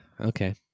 Okay